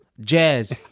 jazz